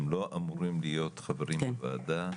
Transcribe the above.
הם לא אמורים להיות חברים בוועדה,